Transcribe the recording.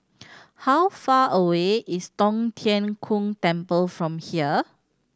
how far away is Tong Tien Kung Temple from here